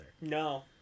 No